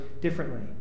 differently